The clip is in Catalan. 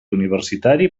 universitari